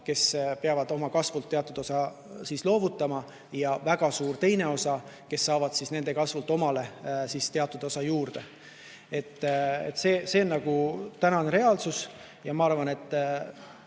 kes peavad oma kasvust teatud osa loovutama, ja väga suur teine osa, kes saavad nende kasvust omale teatud osa juurde. See on täna reaalsus ja ma arvan, et